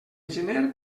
gener